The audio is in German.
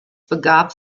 begab